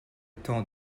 temps